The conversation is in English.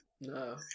No